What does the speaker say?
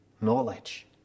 knowledge